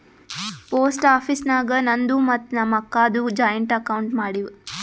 post office ನಾಗ್ ನಂದು ಮತ್ತ ನಮ್ ಅಕ್ಕಾದು ಜಾಯಿಂಟ್ ಅಕೌಂಟ್ ಮಾಡಿವ್